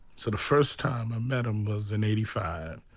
sort of first time i met him was in eighty five,